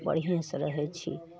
बढ़िएँसे रहै छी